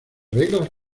reglas